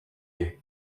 kan